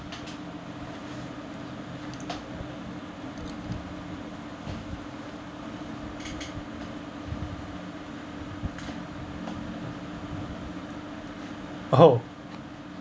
oh